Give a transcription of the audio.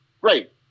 Great